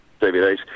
DVDs